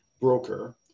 broker